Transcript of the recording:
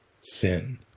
sin